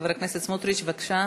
חבר הכנסת סמוטריץ, בבקשה.